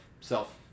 self